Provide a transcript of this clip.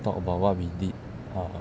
talk about what we did err